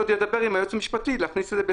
אני עוד אדבר עם היועצת המשפטית להכניס את זה.